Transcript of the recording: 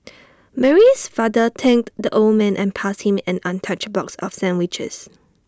Mary's father thanked the old man and passed him an untouched box of sandwiches